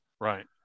Right